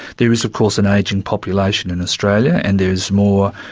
there is, of course, an ageing population in australia and there is more.